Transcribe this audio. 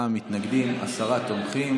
64 מתנגדים, עשרה תומכים.